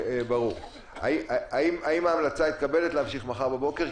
האם ההמלצה להמשיך מחר בבוקר מתקבלת?